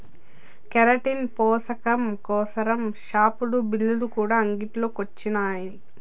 keratin పోసకం కోసరం షావులు, బిల్లులు కూడా అంగిల్లో కొచ్చినాయి